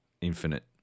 infinite